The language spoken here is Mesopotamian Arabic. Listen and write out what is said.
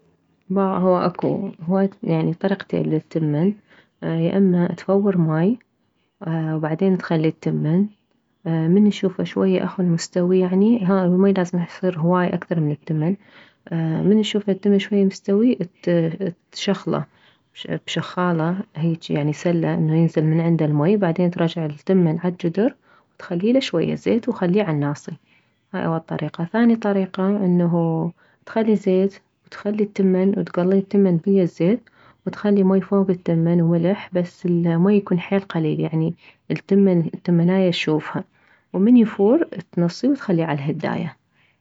باع هو اكو هواي يعني طريقتين للتمن يا اما تفور ماي وبعدين تخلي التمن من تشوفه شوية اخو المستوي يعني ها والماي لازم يصير هواي شوية اكثر من التمن من تشوفه التمن شوية مستوي تشخله بشخالة هيجي انه سلة ينزل من عدها الماي بعدين ترجع التمن عالجدر وتخليله شوية زيت وخليه عالناص هاي اول طريقة ثاني طريقة انه تخلي زين تخلي التمن وتكليه التمن ويه الزيت وتخلي ماي فوك التمن وملح بس الماي يكون حيل قليل يعني التمن التمناية تشوفها ومن يفور تنصيه وتخليه عالهداية